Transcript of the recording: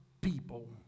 people